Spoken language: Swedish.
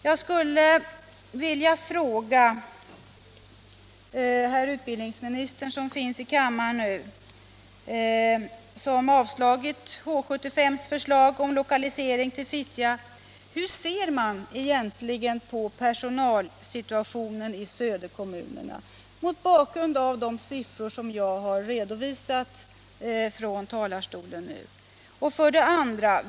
Jag skulle mot bakgrund av de siffror som jag nu redovisat vilja fråga utbildningsministern, som finns i kammaren nu och som avstyrkt H 75:s förslag om lokalisering till Fittja: Hur ser man egentligen på personalsituationen i söderkommunerna?